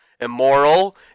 immoral